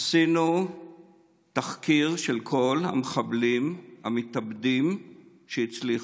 עשינו תחקיר של כל המחבלים המתאבדים שהצליחו.